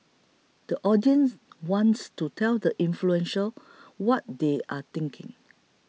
the audience wants to tell the influential what they are thinking